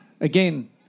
Again